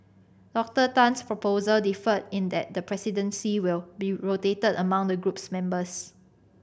Doctor Tan's proposal differed in that the presidency will be rotated among the group's members